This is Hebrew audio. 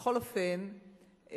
בכל אופן,